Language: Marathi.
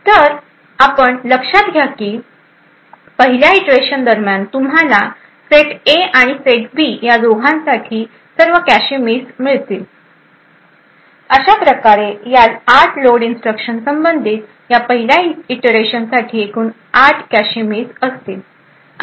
तर आपण लक्षात घ्या की पहिल्या इटरेशन दरम्यान तुम्हाला सेट A आणि सेट B या दोन्ही साठी सर्व कॅशे मिस मिळतील अशा प्रकारे या 8 लोड इन्स्ट्रक्शन संबंधित या पहिल्या इटरेशनसाठी एकूण 8 कॅशे मिस असतील